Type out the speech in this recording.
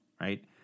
right